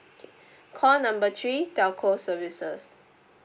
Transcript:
call number three telco services